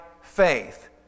faith